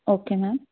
okay ma'am